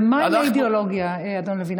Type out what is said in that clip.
ומה עם האידיאולוגיה, אדון לוין?